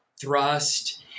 thrust